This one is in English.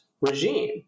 regime